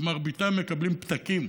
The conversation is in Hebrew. מרביתם מקבלים פתקים,